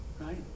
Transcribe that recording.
right